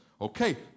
Okay